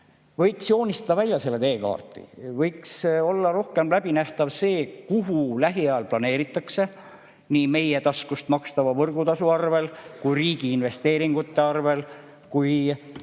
Võiks joonistada välja selle teekaardi. Võiks olla rohkem läbinähtav see, kuhu lähiajal planeeritakse võrkusid, nii meie taskust makstava võrgutasu arvel, riigi investeeringute arvel kui